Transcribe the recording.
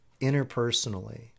interpersonally